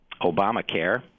Obamacare